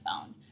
phone